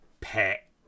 pet